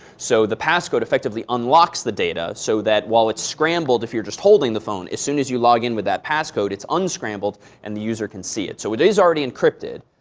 so the passcode effectively unlocks the data so that while it's scrambled, if you're just holding the phone, as soon as you log in with that passcode, it's unscrambled and the user can see it. so it is already encrypted.